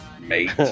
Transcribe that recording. mate